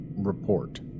report